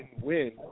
win